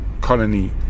Colony